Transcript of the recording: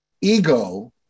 Ego